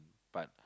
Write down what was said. but